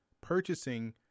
purchasing